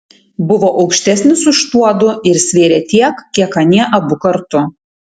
buvo aukštesnis už tuodu ir svėrė tiek kiek anie abu kartu